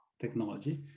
technology